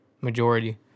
majority